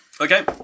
okay